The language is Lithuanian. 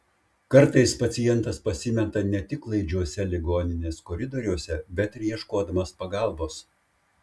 kartais pacientas pasimeta ne tik klaidžiuose ligoninės koridoriuose bet ir ieškodamas pagalbos